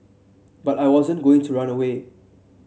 but I wasn't going to run away